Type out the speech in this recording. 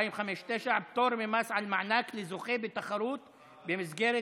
259) (פטור ממס על מענק לזוכה בתחרות במסגרת